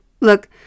look